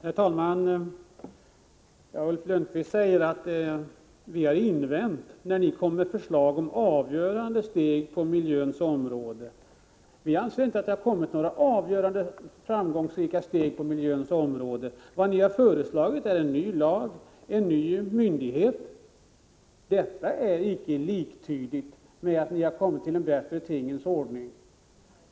Herr talman! Ulf Lönnqvist säger att vi har invänt när regeringen kommer med förslag om avgörande steg på miljöns område. Vi anser inte att det har tagits några avgörande steg framåt på miljöns område. Vad ni har föreslagit är en ny lag och en ny myndighet. Detta är icke liktydigt med att ni har kommit till en bättre tingens ordning.